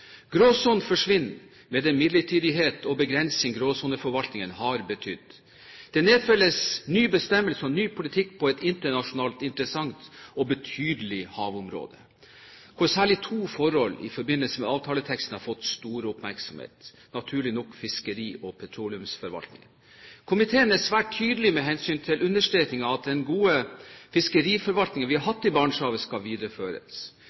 et internasjonalt interessant og betydelig havområde hvor særlig to forhold i forbindelse med avtaleteksten har fått stor oppmerksomhet, naturlig nok fiskeriforvaltningen og petroleumsforvaltningen. Komiteen er svært tydelig på å understreke at den gode fiskeriforvaltningen vi har hatt i Barentshavet, skal videreføres.